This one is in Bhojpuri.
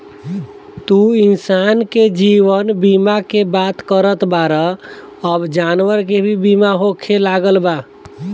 तू इंसान के जीवन बीमा के बात करत बाड़ऽ अब जानवर के भी बीमा होखे लागल बा